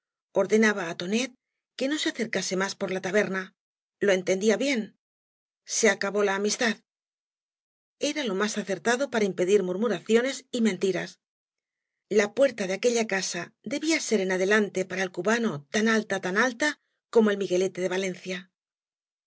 ordenaba á tonet que no se acercase más por la taberna lo entendía bien se acabó la amistad era lo más acertado para impedir murmuraciones y mentiras la puerta de aquella casa debía ser en adelante para el cubano tan alta tan alta como el miguelete de valencia